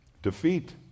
defeat